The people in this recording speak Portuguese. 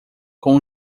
com